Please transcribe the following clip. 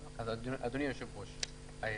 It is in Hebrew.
אז אדוני היושב-ראש,